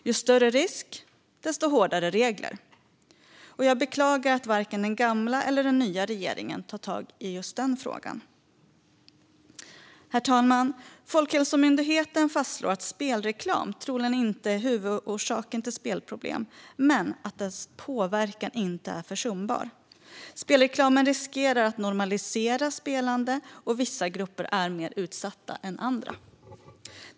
Ju större risk, desto hårdare regler. Jag beklagar att varken den gamla eller den nya regeringen tar tag i denna fråga. Herr talman! Folkhälsomyndigheten fastslår att spelreklam troligen inte är en huvudorsak till spelproblem men att dess påverkan inte är försumbar. Spelreklam riskerar att normalisera spelande, och vissa grupper är mer utsatta än andra.